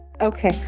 okay